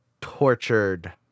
tortured